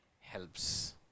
helps